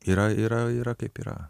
yra yra yra kaip yra